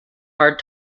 hard